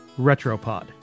Retropod